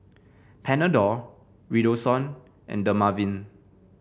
Panadol Redoxon and Dermaveen